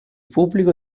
pubblico